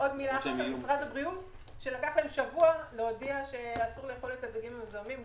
למשרד הבריאות לקח שבוע להודיע שאסור לאכול את הדגים המזוהמים.